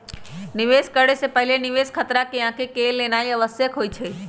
निवेश करे से पहिले निवेश खतरा के आँक लेनाइ आवश्यक होइ छइ